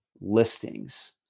listings